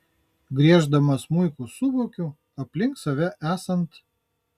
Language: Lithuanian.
grieždama smuiku suvokiu aplink save esant